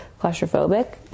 claustrophobic